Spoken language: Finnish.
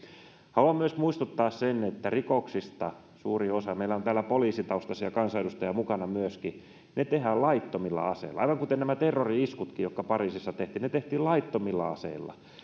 haluan myös muistuttaa siitä että rikoksista suuri osa meillä on täällä poliisitaustaisia kansanedustajia mukana myöskin tehdään laittomilla aseilla aivan kuten nämä terrori iskutkin jotka pariisissa tehtiin ne tehtiin laittomilla aseilla